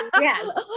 Yes